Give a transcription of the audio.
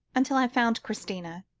until i found christina.